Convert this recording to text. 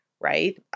right